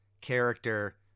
character